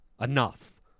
Enough